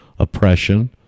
oppression